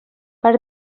per